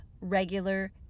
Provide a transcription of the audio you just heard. regular